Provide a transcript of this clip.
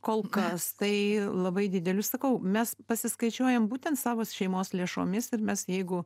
kol kas tai labai dideliu sakau mes pasiskaičiuojam būtent savos šeimos lėšomis ir mes jeigu